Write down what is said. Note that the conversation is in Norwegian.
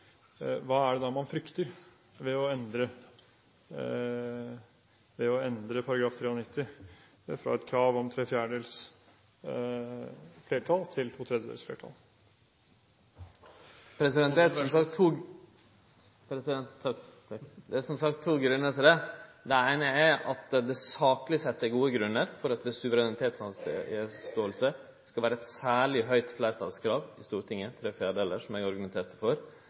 hva er det da man frykter ved å endre § 93 fra et krav om tre fjerdedels flertall til to tredjedels flertall? Det er som sagt to grunnar til det. Den eine er at det sakleg sett er gode grunnar for at det ved suverenitetsavståing skal vere eit særleg høgt fleirtalskrav i Stortinget, tre fjerdedels, som eg argumenterte for.